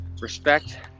respect